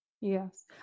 Yes